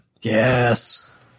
Yes